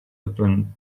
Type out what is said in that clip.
upon